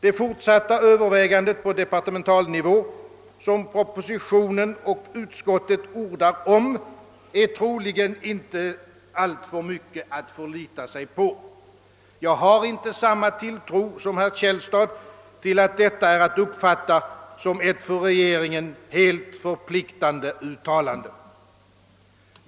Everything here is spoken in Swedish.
Vad som i propositionen och utskottsutlåtandet ordas om fortsatt övervägande på departementalnivå är troligen inte alltför mycket att förlita sig på. Jag har inte samma tilltro som herr Källstad till att detta är att uppfatta som ett för regeringen helt förpliktande uttalande.